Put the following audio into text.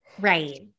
Right